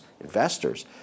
investors